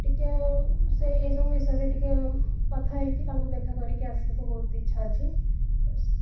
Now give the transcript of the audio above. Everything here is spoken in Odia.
ଟିକିଏ ସେ ଏହିସବୁ ବିଷୟରେ ଟିକିଏ କଥା ହୋଇକି ତାଙ୍କୁ ଦେଖାକରି ଆସିବାକୁ ବହୁତ ଇଚ୍ଛା ଅଛି ବାସ୍